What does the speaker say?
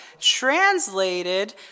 Translated